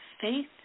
faith